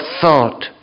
thought